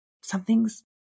Something's